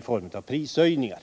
form av prishöjningar.